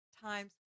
times